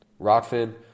Rockfin